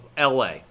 LA